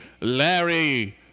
Larry